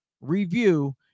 review